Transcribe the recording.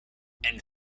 and